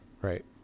right